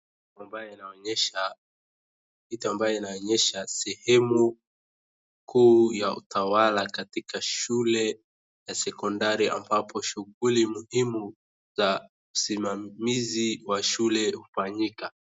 Kitu ambayo inaonyesha sehemu kuu ya utawala katika shule ya sekondari ambapo shughuli muhimu za usimamizi wa shule hufanyika.